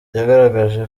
yagaragaje